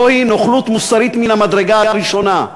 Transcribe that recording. זוהי נוכלות מוסרית מן המדרגה הראשונה.